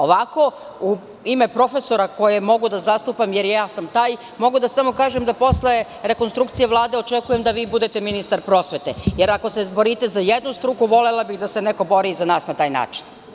Ovako, u ime profesora koje mogu da zastupam jer i ja sam taj, mogu samo da kažem da posle rekonstrukcije Vlade očekujem da vi budete ministar prosvete, jer ako se borite za jednu struku, volela bih da se neko bori i za nas na taj način.